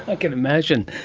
i can imagine.